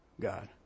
God